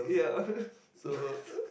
yeah